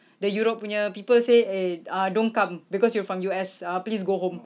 the europe punya people say eh ah don't come because you're from U_S ah please go home